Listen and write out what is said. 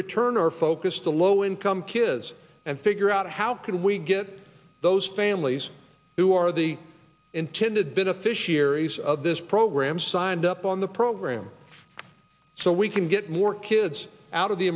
return our focus to low income kids and figure out how can we get those families who are the intended beneficiaries of this program signed up on the program so we can get more kids out of the